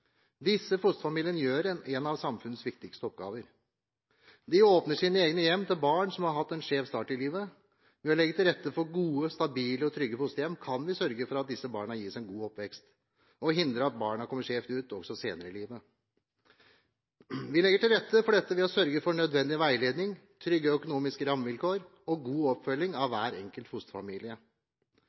Disse fosterfamiliene gjør en av samfunnets viktigste oppgaver. De åpner sine egne hjem for barn som har hatt en skjev start i livet. Ved å legge til rette for gode, stabile og trygge fosterhjem kan vi sørge for at disse barna gis en god oppvekst og hindre at barna kommer skjevt ut også senere i livet. Vi legger til rette for dette ved å sørge for nødvendig veiledning, trygge økonomiske rammevilkår og god oppfølging av hver enkelt fosterfamilie.